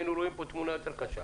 היינו רואים פה תמונה יותר קשה.